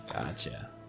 Gotcha